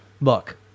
Look